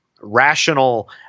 rational